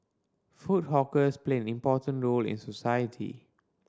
food hawkers played an important role in society